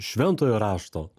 šventojo rašto